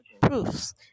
proofs